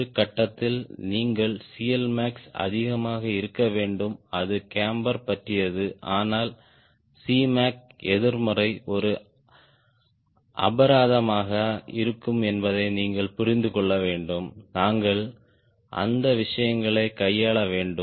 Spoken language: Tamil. ஒரு கட்டத்தில் நீங்கள் CLmax அதிகமாக இருக்க வேண்டும் அது கேம்பர் பற்றியது ஆனால் Cmac எதிர்மறை ஒரு அபராதமாக இருக்கும் என்பதை நீங்கள் புரிந்து கொள்ள வேண்டும் நாங்கள் அந்த விஷயங்களை கையாள வேண்டும்